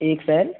एक फ़ैन